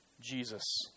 Jesus